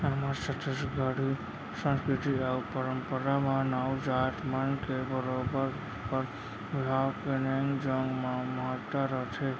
हमर छत्तीसगढ़ी संस्कृति अउ परम्परा म नाऊ जात मन के बरोबर बर बिहाव के नेंग जोग म महत्ता रथे